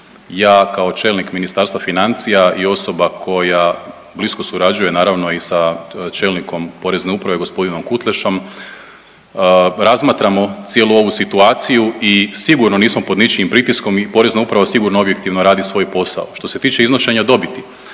Ja kao čelnik Ministarstva financija i osoba koja blisko surađuje naravno i sa čelnikom porezne uprave g. Kutlešom, razmatramo cijelu ovu situaciju i sigurno nismo pod ničijim pritiskom i porezna uprava sigurno objektivno radi svoj posao. Što se tiče iznošenja dobiti,